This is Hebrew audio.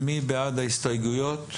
מי בעד קבלת ההסתייגויות?